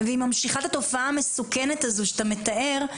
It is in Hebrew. והיא ממשיכה את התופעה המסוכנת הזאת שאתה מתאר,